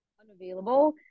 unavailable